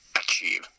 achieve